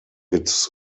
its